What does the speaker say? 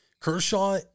Kershaw